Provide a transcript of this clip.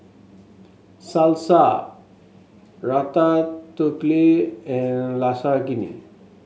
Salsa Ratatouille and Lasagne